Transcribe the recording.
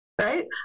right